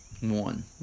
One